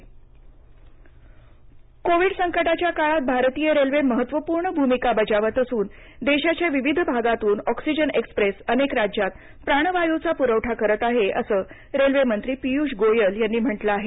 oxygen express Covid संकटाच्या काळात भारतीय रेल्वे महत्त्वपूर्ण भूमिका बजावत असून देशाच्या विविध भागातून ऑक्सीजन एक्सप्रेस अनेक राज्यांत प्राणवायूचा पुरवठा करत आहे असं रेल्वे मंत्री पियुष गोयल यांनी म्हटलं आहे